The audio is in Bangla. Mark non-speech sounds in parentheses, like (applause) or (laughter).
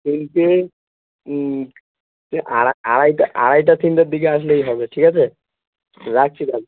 তিনটে (unintelligible) আড়াইটা আড়াইটা তিনটের দিকে আসলেই হবে ঠিক আছে রাখছি তাহলে